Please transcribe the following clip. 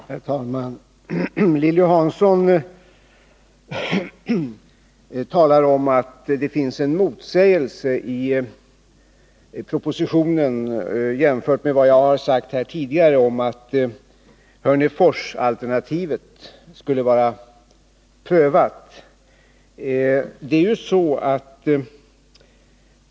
Herr talman! Lilly Hansson säger att det finns en motsägelse i propositionen jämfört med vad jag har sagt här tidigare om att Hörneforsalternativet skulle vara prövat.